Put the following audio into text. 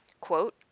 quote